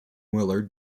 willard